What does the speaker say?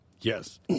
Yes